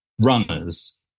runners